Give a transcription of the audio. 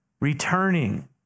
returning